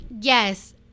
Yes